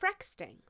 frexting